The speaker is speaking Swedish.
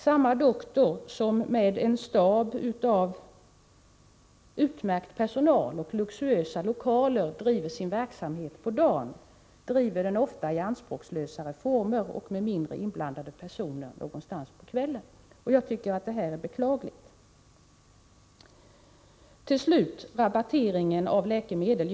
Samma doktor som med en stab av utmärkt personal och med luxuösa lokaler driver sin verksamhet på dagen, driver den ofta i anspråkslösare former och med mindre antal inblandade personer någonstans på kvällen. 21 Till slut vill jag beröra rabatteringen av läkemedel.